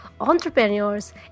entrepreneurs